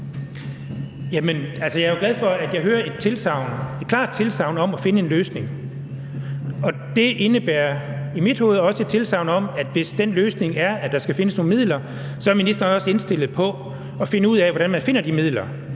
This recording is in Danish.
Jeg er jo glad for, at jeg hører et klart tilsagn om at finde en løsning. Det indebærer i mit hoved også et tilsagn om, at hvis den løsning er, at der skal findes nogle midler, så er ministeren også indstillet på at finde ud af, hvordan man finder de midler,